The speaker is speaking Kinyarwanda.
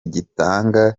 gitanga